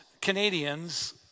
Canadians